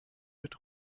mit